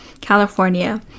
California